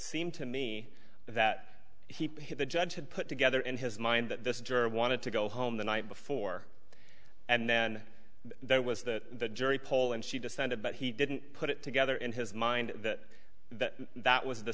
seemed to me that he hit the judge had put together in his mind that this juror wanted to go home the night before and then there was the jury poll and she descended but he didn't put it together in his mind that that that was the